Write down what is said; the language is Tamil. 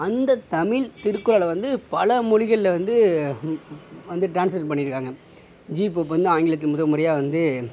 அந்த தமிழ் திருக்குறளை வந்து பல மொழிகளில் வந்து வந்து ட்ரான்ஸ்லேட் பண்ணிருக்காங்க ஜியு போப் வந்து ஆங்கிலத்தில் முதல் முறையா வந்து